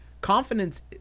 confidence